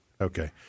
Okay